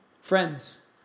Friends